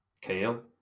Kale